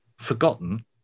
forgotten